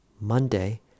Monday